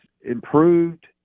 improved